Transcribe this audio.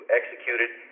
executed